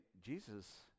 Jesus